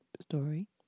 story